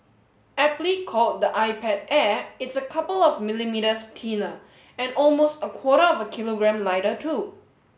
aptly called the iPad Air it's a couple of millimetres thinner and almost a quarter of a kilogram lighter too